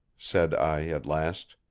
said i at last.